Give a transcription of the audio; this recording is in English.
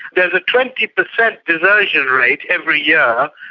there's a twenty percent desertion rate every year,